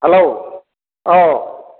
hello औ